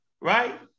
right